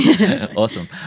Awesome